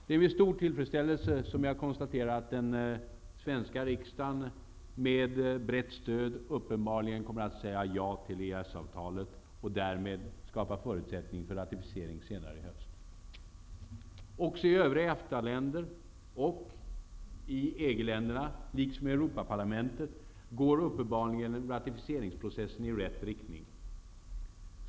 Det är med stor tillfredsställelse som jag konstaterar att den svenska riksdagen med brett stöd uppenbarligen kommer att säga ja till EES-avtalet och därmed skapa förutsättningar för ratificering av avtalet senare i höst. Också i övriga EFTA-länder och i EG-länderna liksom i Europaparlamentet går uppenbarligen ratificeringsprocessen i rätt riktning.